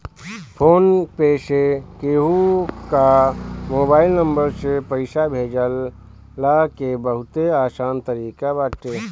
phone पे से केहू कअ मोबाइल नंबर से पईसा भेजला के बहुते आसान तरीका बाटे